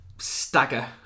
Stagger